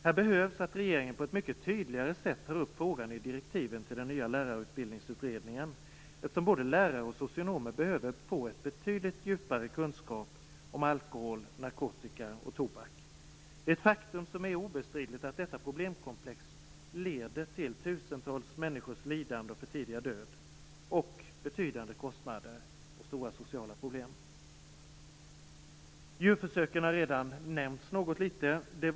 Här behöver regeringen på ett mycket tydligare sätt ta upp frågan i direktiven till den nya lärarutbildningsutredningen, eftersom både lärare och socionomer behöver få en betydligt djupare kunskap om alkohol, narkotika och tobak. Det är ett obestridligt faktum att detta problemkomplex leder till tusentals människors lidande och för tidiga död, och betydande kostnader och stora sociala problem. Djurförsöken har redan nämnts något litet.